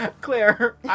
Claire